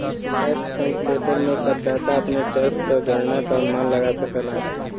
tax calculator में करदाता अपने टैक्स गणना क अनुमान लगा सकला